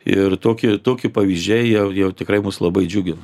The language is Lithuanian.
ir tokį tokį pavyzdžiai jie jau tikrai mus labai džiugina